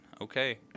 Okay